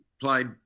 played